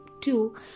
two